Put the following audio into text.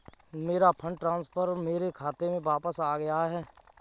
मेरा fund transfer मेरे खाते में वापस आ गया है